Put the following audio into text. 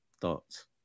thoughts